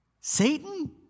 Satan